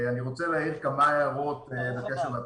אני רוצה להעיר כמה הערות בקשר לתוכנית.